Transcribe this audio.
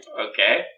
Okay